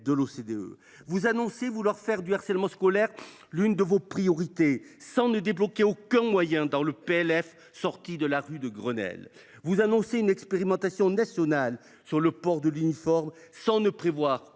de l’OCDE. Vous annoncez vouloir faire du harcèlement scolaire l’une de vos priorités, sans pour autant débloquer aucun moyen à ce titre dans la rédaction issue de la rue de Grenelle. Vous annoncez une expérimentation nationale sur le port de l’uniforme, sans prévoir